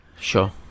Sure